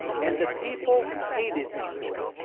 and the people hated him for it.